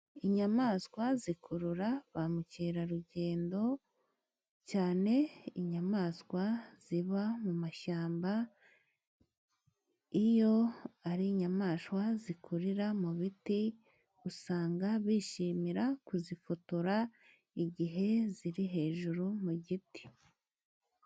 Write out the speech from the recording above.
Inyamaswa zikurura ba mukerarugendo, cyane inyamaswa ziba mu mashyamba, iyo ari inyamaswa zikurira mu biti, usanga bishimira kuzifotora igihe ziri hejuru mu giti.